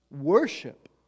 Worship